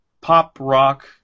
pop-rock